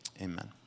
Amen